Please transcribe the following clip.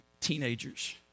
teenagers